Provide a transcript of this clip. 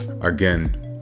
again